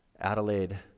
Adelaide